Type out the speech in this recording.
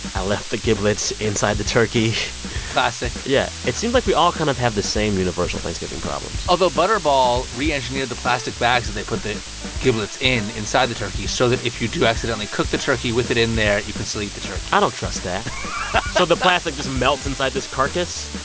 i left the giblets inside the turkey classic yeah. it seems like we all kind of have the same universal thanksgiving problems although, butterball re-engineered the plastic bags that they put the giblets in inside the turkey so that if you do accidentally cook the turkey with it in there, you can still eat the turkey i don't trust that so the plastic just melts inside this carcass?